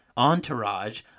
Entourage